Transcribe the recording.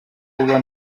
kuba